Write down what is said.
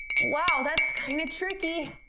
wow, that's kind of tricky.